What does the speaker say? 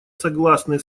согласны